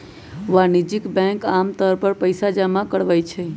वाणिज्यिक बैंक आमतौर पर पइसा जमा करवई छई